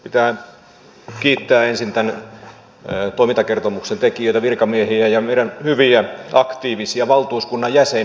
pitää kiittää ensin tämän toimintakertomuksen tekijöitä virkamiehiä ja meidän hyviä aktiivisia valtuuskunnan jäseniä